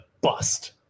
bust